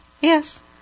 Yes